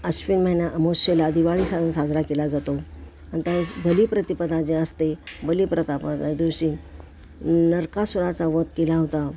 अश्विन महिना अमावस्येला दिवाळी हा सण साजरा केला जातो आणि त्यावेळेस बलीप्रतिपदा जे असते बलीप्रतिपदा दिवशी नरकासुराचा वध केला होता